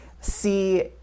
see